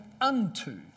unto